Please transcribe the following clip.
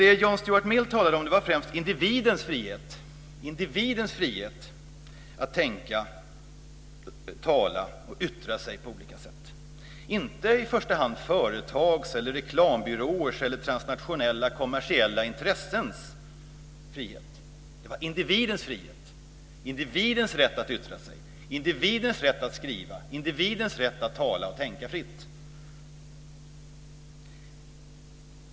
Det John Stuart Mill talade om var främst individens frihet, individens frihet att tänka, tala och yttra sig på olika sätt, inte i första hand företags, reklambyråers eller transnationella kommersiella intressens frihet. Det var individens frihet, individens rätt att yttra sig, individens rätt att skriva, individens rätt att tala och tänka fritt.